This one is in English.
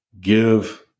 Give